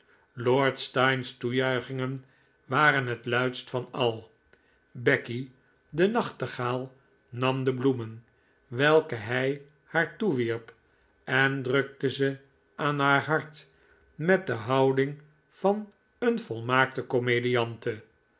lord steyne's toejuichingen waren het luidst van al becky de nachtegaal nam de bloemen welke hij haar toewierp en drukte ze aan haar hart met de houding van een volmaakte komediante